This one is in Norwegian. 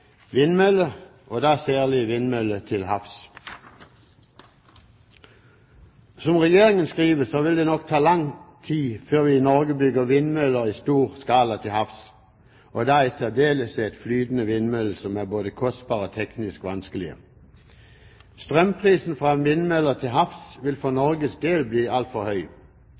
vindmøller, og da særlig vindmøller til havs. Som Regjeringen skriver, vil det nok ta lang tid før vi i Norge bygger vindmøller i stor skala til havs, og da i særdeleshet flytende vindmøller, som er både kostbare og teknisk vanskelige. Strømprisen fra vindmøller til havs vil for Norges del bli altfor høy.